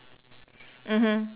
mmhmm